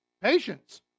Patience